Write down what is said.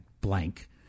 blank